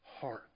heart